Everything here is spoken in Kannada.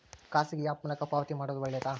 ಖಾಸಗಿ ಆ್ಯಪ್ ಮೂಲಕ ಪಾವತಿ ಮಾಡೋದು ಒಳ್ಳೆದಾ?